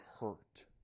hurt